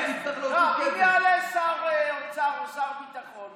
אי-אפשר לעשות את זה.